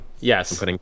Yes